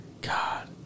God